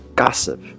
gossip